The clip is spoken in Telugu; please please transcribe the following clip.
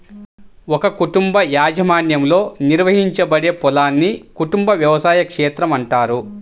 ఒక కుటుంబ యాజమాన్యంలో నిర్వహించబడే పొలాన్ని కుటుంబ వ్యవసాయ క్షేత్రం అంటారు